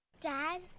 Dad